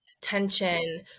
tension